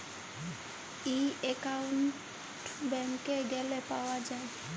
ই account ব্যাংকে গ্যালে পাউয়া যায়